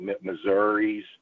Missouri's